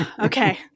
Okay